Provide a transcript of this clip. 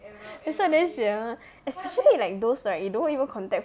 that's why damn sian one especially like those right they don't even contact